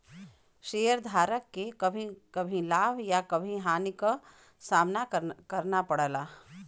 शेयरधारक के कभी कभी लाभ या हानि क सामना करना पड़ला